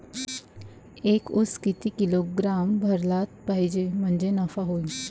एक उस किती किलोग्रॅम भरला पाहिजे म्हणजे नफा होईन?